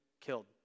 killed